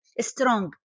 strong